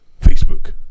Facebook